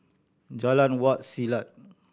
Jalan Wak Selat